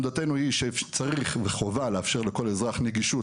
עמדתנו היא שצריך וחובה לאפשר לכל אזרח נגישות